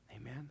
amen